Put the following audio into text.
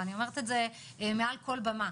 ואני אומרת את זה מעל כל במה.